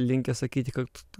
linkę sakyti kad